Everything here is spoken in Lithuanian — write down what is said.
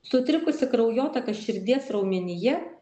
sutrikusi kraujotaka širdies raumenyje